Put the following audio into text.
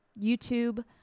YouTube